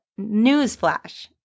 newsflash